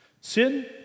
sin